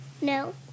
No